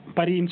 Pari